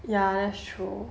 ya true